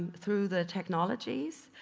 through the technologies.